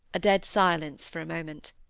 a dead silence for a moment.